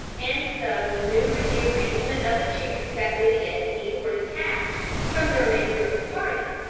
and so manoeuvred the arrangement of the chairs that lydia and he were detached from the remainder of the party,